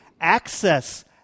access